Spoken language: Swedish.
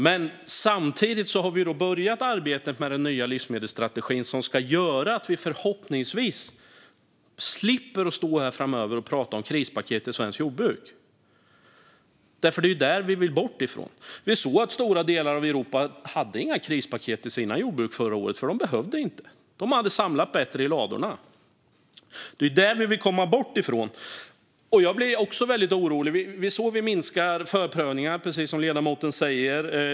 Men samtidigt har vi börjat arbetet med den nya livsmedelsstrategin som ska göra att vi förhoppningsvis slipper stå här framöver och prata om krispaket i svenskt jordbruk. Det är ju det vi vill bort ifrån. Vi såg att stora delar av Europa inte hade några krispaket till sina jordbruk förra året, för de behövde inte det. De hade samlat bättre i ladorna. Det är alltså detta vi vill komma bort ifrån. Jag blir också väldigt orolig. Vi såg att antalet förprövningar minskade, precis som ledamoten sa.